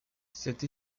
cette